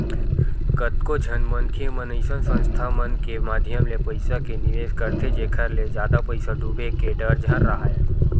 कतको झन मनखे मन अइसन संस्था मन के माधियम ले पइसा के निवेस करथे जेखर ले जादा पइसा डूबे के डर झन राहय